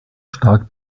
stark